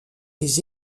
les